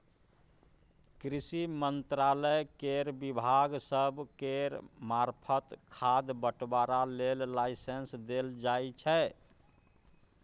कृषि मंत्रालय केर विभाग सब केर मार्फत खाद बंटवारा लेल लाइसेंस देल जाइ छै